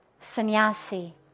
sannyasi